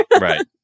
Right